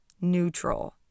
neutral